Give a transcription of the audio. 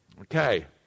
Okay